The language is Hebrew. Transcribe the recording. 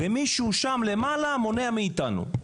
ומישהו שם למעלה מונע מאיתנו.